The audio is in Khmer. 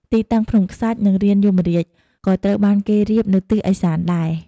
ទីតាំងភ្នំខ្សាច់ និងរានយមរាជ ក៏ត្រូវបានគេរៀបនៅទិសឦសានដែរ។